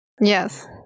yes